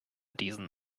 diesen